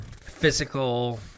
physical